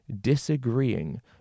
disagreeing